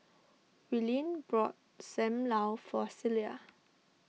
Willene bought Sam Lau for Celia